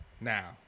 Now